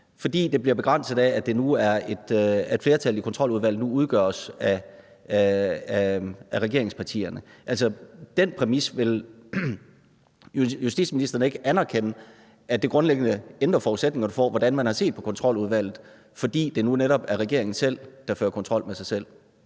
det bliver begrænset af, at flertallet i Kontroludvalget nu udgøres af regeringspartierne. Den præmis vil justitsministeren ikke anerkende, altså at det grundlæggende ændrer forudsætningerne for, hvordan man har set på Kontroludvalget, fordi det nu netop er regeringen selv, der fører kontrol med sig selv.